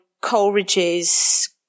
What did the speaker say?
Coleridge's